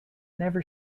never